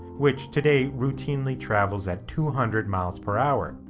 which today routinely travels at two hundred miles per hour.